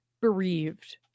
bereaved